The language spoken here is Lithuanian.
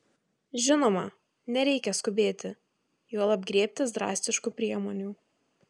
žinoma nereikia skubėti juolab griebtis drastiškų priemonių